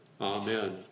Amen